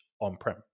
on-prem